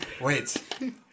Wait